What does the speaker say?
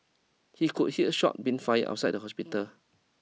he could hear shots being fired outside the hospital